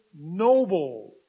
noble